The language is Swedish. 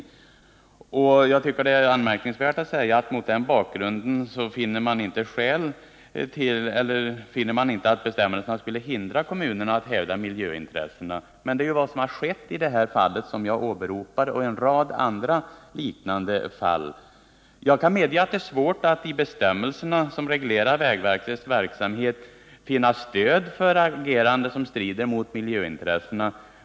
Kommunikationsministern säger att hon mot denna bakgrund inte finner att bestämmelserna skulle hindra kommunerna att hävda miljöintressena. Men det är ju vad som har skett i det fall jag åberopade och i en rad andra liknande fall. Jag medger att det är svårt att i de bestämmelser som reglerar vägverkets verksamhet finna stöd för ett agerande som strider mot miljöintressena.